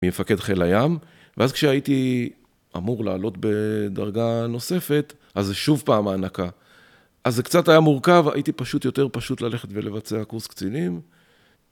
ממפקד חיל הים, ואז כשהייתי אמור לעלות בדרגה נוספת, אז זו שוב פעם הענקה. אז זה קצת היה מורכב, הייתי פשוט יותר פשוט ללכת ולבצע קורס קצינים.